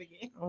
again